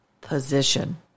position